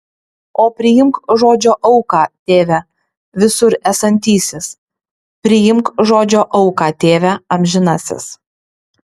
o priimk žodžio auką tėve visur esantysis priimk žodžio auką tėve amžinasis